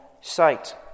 sight